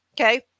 Okay